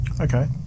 Okay